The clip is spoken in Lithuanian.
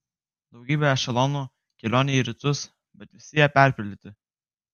daugybė ešelonų kelionei į rytus bet visi jie perpildyti